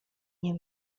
nie